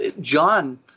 John